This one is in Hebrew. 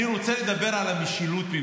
תודה רבה לכולם.